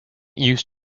used